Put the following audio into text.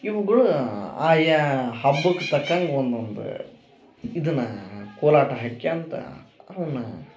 ಇವುಗಳು ಆಯಾ ಹಬ್ಬಕ್ಕೆ ತಕ್ಕಂಗೆ ಒಂದೊಂದು ಇದನಾ ಕೋಲಾಟ ಹಾಕ್ಯಂತಾ ಅವನ್ನ